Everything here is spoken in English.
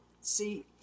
see